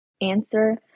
answer